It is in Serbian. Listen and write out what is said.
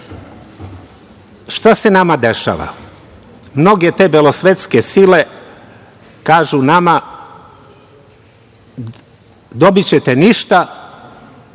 se nama dešava? Mnoge te belosvetske sile kažu nama - dobićete ništa